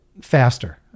faster